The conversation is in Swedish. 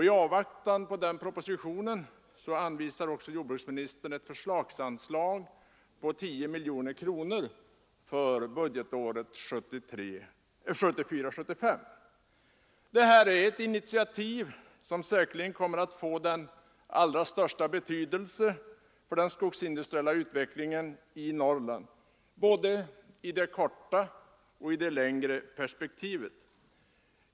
I avvaktan på den propositionen redovisar också jordbruksministern ett förslagsanslag på 10 miljoner kronor för budgetåret 1974/75. Det här är ett initiativ som säkerligen kommer att få den allra största betydelse för den skogsindustriella utvecklingen i Norrland, både i det korta och i det längre perspektivet.